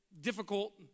difficult